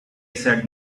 said